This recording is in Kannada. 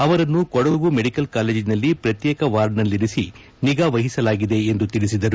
ಅವರನ್ನು ಕೊಡಗು ಮೆಡಿಕಲ್ ಕಾಲೇಜಿನಲ್ಲಿ ಪ್ರತ್ಯೇಕ ವಾರ್ಡ್ನಲ್ಲಿರಿಸಿ ನಿಗಾ ವಹಿಸಲಾಗಿದೆ ಎಂದು ತಿಳಿಸಿದರು